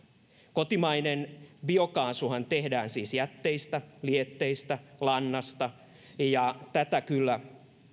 kotimainen biokaasuhan tehdään siis jätteistä lietteistä lannasta ja sitä kyllä